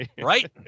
right